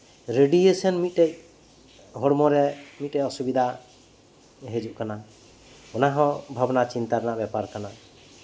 radiation ᱢᱤᱫᱴᱮᱡ ᱦᱚᱲᱢᱚ ᱨᱮ ᱢᱤᱫᱴᱮᱡ ᱚᱥᱩᱵᱤᱫᱷᱟ ᱦᱤᱡᱩᱜ ᱠᱟᱱᱟ ᱚᱱᱟ ᱦᱚᱸ ᱢᱤᱫᱴᱮᱱ ᱵᱷᱟᱵᱱᱟ ᱪᱤᱱᱛᱟᱹ ᱨᱮᱭᱟᱜ ᱵᱮᱯᱟᱨ ᱠᱟᱱᱟ